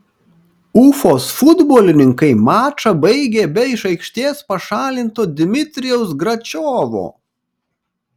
ufos futbolininkai mačą baigė be iš aikštės pašalinto dmitrijaus gračiovo